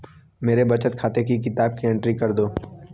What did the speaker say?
मेरे बचत खाते की किताब की एंट्री कर दो?